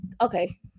Okay